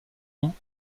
ans